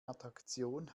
attraktion